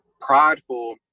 prideful